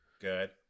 good